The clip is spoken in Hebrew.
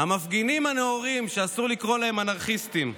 המפגינים הנאורים, שאסור לקרוא להם "אנרכיסטים".